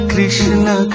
Krishna